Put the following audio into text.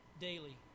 daily